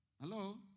Hello